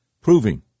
proving